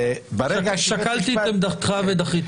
שקלתי את עמדתך ודחיתי